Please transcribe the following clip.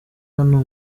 hano